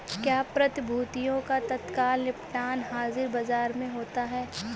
क्या प्रतिभूतियों का तत्काल निपटान हाज़िर बाजार में होता है?